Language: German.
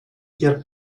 ihr